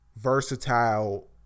versatile